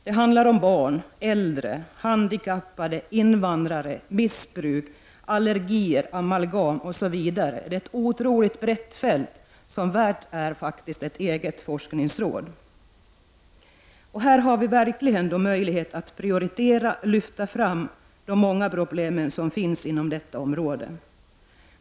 Det handlar om barn, äldre, handikappade, invandrare, missbruk, allergier, amalgam och så vidare. Det är utan tvivel ett brett fält som är värt ett eget forskningsråd. Här har vi verkligen möjlighet att prioritera och lyfta fram de många problem som finns runt detta område.